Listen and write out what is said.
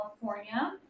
California